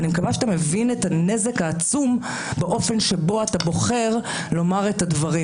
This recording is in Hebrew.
אני מקווה שאתה מבין את הנזק העצום באופן שבו אתה בוחר לומר את הדברים,